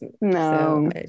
No